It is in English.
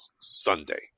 sunday